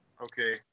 Okay